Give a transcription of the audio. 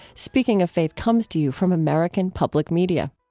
speaking of faith comes to you from american public media